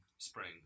Spring